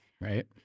right